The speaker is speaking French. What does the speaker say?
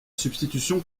substitution